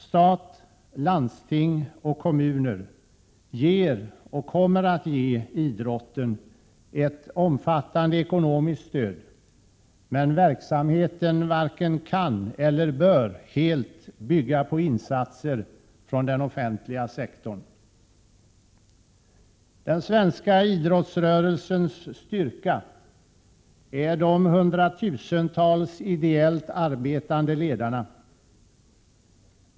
Stat, landsting och kommuner ger och kommer att ge idrotten ett omfattande ekonomiskt stöd, men verksamheten varken kan eller bör helt bygga på insatser från den offentliga sektorn. Den svenska idrottsrörelsens styrka är de hundratusentals ideellt arbetande ledarna.